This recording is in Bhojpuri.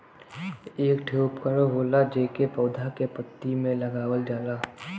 एक ठे उपकरण होला जेके पौधा के पत्ती में लगावल जाला